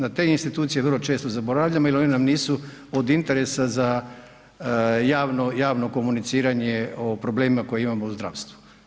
Na te institucije vrlo često zaboravljamo jer one nam nisu od interesa za javno, javno komuniciranje o problemima koje imamo u zdravstvu.